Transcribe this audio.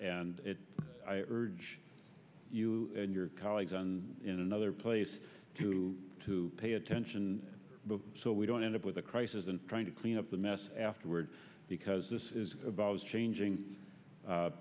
and it urge you and your colleagues on in another place to to pay attention so we don't end up with a crisis and trying to clean up the mess afterward because this is about changing